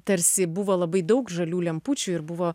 tarsi buvo labai daug žalių lempučių ir buvo